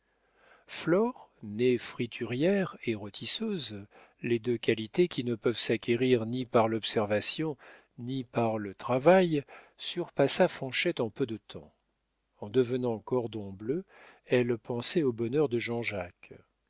née friturière et rôtisseuse les deux qualités qui ne peuvent s'acquérir ni par l'observation ni par le travail surpassa fanchette en peu de temps en devenant cordon bleu elle pensait au bonheur de jean-jacques